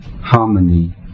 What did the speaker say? harmony